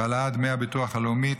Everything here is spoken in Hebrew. ובהעלאת דמי הביטוח הלאומי,